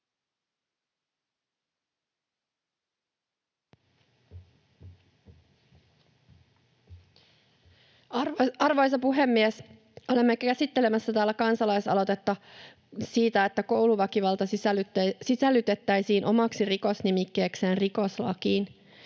Arvoisa puhemies! Olemme käsittelemässä täällä kansalaisaloitetta siitä, että kouluväkivalta sisällytettäisiin omaksi rikosnimikkeekseen rikoslakiin.